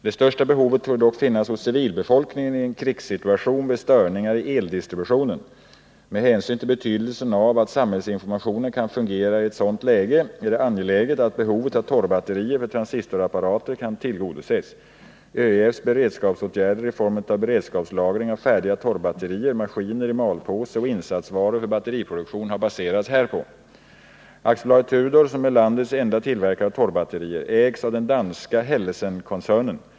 Det största behovet torde dock finnas hos civilbefolkningen i en krigssituation vid störningar i eldistributionen. Med hänsyn till betydelsen av att samhällsinformationen kan fungera i ett sådant läge är det angeläget att behovet av torrbatterier för transistorapparater kan tillgodoses. ÖEF:s beredskapsåtgärder i form av beredskapslagring av färdiga torrbatterier, maskiner i malpåse och insatsvaror för batteriproduktion, har baserats härpå. AB Tudor, som är landets enda tillverkare av torrbatterier, ägs av den danska Hellesenkoncernen.